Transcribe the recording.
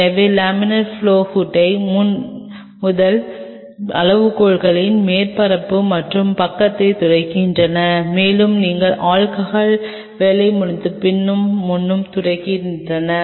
எனவே laminar flow ஹூட்டை முன் முதல் அளவுகோல்கள் மேற்பரப்பு மற்றும் பக்கத்தைத் துடைக்கின்றன மேலும் நீங்கள் ஆல்கஹால் வேலை முடித்த பின் பின்புறம் துடைக்கின்றன